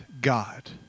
God